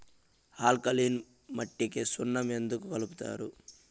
alkaline మట్టికి సున్నం ఎందుకు కలుపుతారు